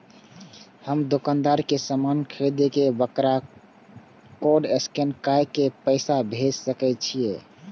हम दुकानदार के समान खरीद के वकरा कोड स्कैन काय के पैसा भेज सके छिए?